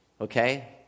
okay